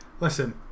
listen